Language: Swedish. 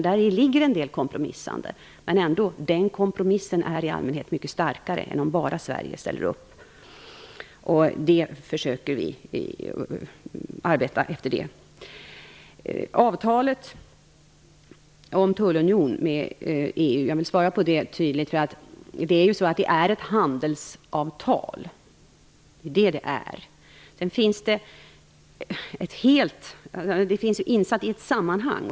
Därför blir det en del kompromissande, men man blir i allmänhet mycket starkare än om bara Sverige ställer upp. Vi försöker arbeta efter det. Jag vill tydligt säga att avtalet om en tullunion med EU är ett handelsavtal. Det finns insatt i ett sammanhang.